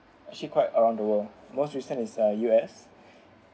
actually quite around the world most western is like U_S